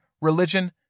religion